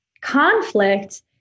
Conflict